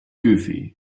goofy